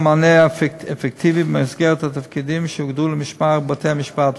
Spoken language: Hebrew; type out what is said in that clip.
מענה אפקטיבי במסגרת התפקידים שהוגדרו למשמר בתי-המשפט,